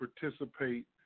participate